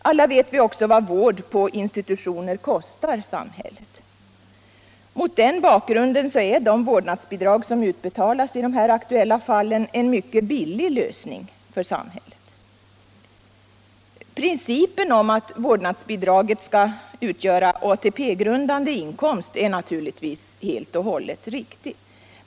Alla vet vi också vad vård på institutioner kostar samhället. Mot den bakgrunden är de vårdnadsbidrag som utbetalas t de aktuella fallen en mycket billig lösning för samhället. Principen att vårdnadsbidraget skall utgöra ATP-grundande inkomst är naturligtvis helt och hållet riktig.